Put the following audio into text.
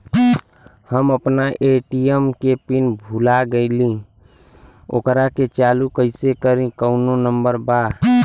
हम अपना ए.टी.एम के पिन भूला गईली ओकरा के चालू कइसे करी कौनो नंबर बा?